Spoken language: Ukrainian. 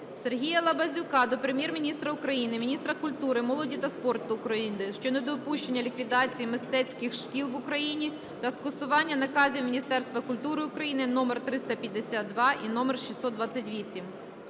Сергія Лабазюка до Прем'єр-міністра України, міністра культури, молоді та спорту України щодо недопущення ліквідації мистецьких шкіл в Україні та скасування наказів Міністерства культури України №352 і №628.